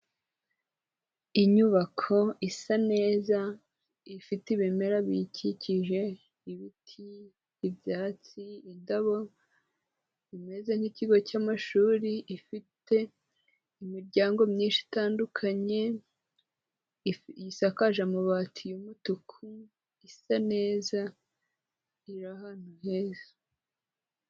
Inyubako isa neza ifite ibimera biyikikije ibiti, ibyatsi, indabo. Imeze nk'ikigo cy'amashuri ifite imiryango myinshi itandukanye, isakaje amabati y'umutuku isa neza. Iri ahantu heza.